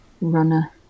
runner